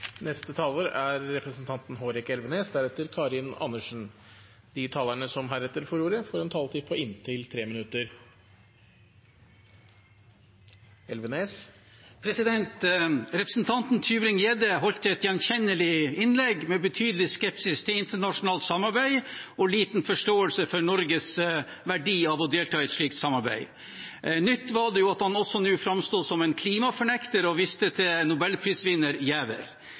De talere som heretter får ordet, har en taletid på inntil 3 minutter. Representanten Tybring-Gjedde holdt et gjenkjennelig innlegg med betydelig skepsis til internasjonalt samarbeid og liten forståelse for verdien for Norge av å delta i et slikt samarbeid. Nytt var det jo nå at han også framsto som en klimafornekter og viste til nobelprisvinner